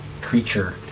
creature